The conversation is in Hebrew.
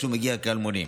כשהוא מגיע כאלמוני.